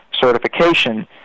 certification